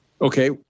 okay